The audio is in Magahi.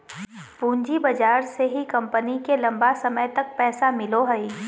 पूँजी बाजार से ही कम्पनी के लम्बा समय तक पैसा मिलो हइ